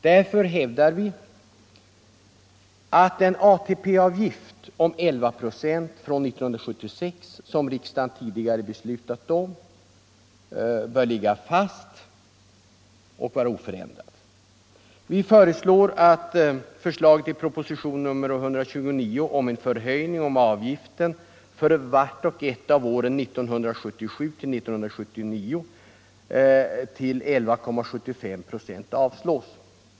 Därför anser vi att den ATP-avgift på 11 procent från 1976 som riksdagen tidigare beslutat om bör ligga fast. Vi yrkar att förslaget i proposition 129 om en förhöjning av avgiften för vart och ett av åren 1977-1979 till 11,75 procent avslås.